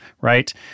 right